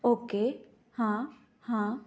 okay okay हां हां